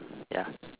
ya